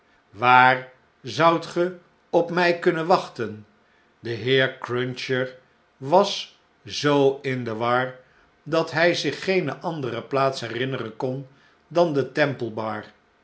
waar zoudt ge op mij kunnen wachten de heer cruncher was zoo in de war dat hij het einde van het beeiwerk zich geene andere plaats herinneren kon dan de